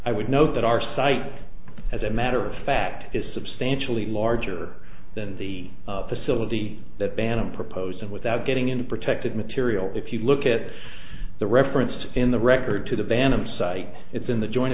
i would note that our site as a matter of fact is substantially larger than the facility that banham proposed and without getting into protected material if you look at the referenced in the record to the van i'm site it's in the join